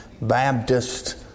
Baptist